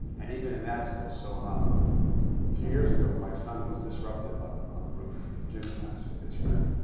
and even in that school so a um few years ago, my son was disruptive on on the roof in gym class with his friend.